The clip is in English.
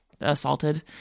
assaulted